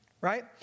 right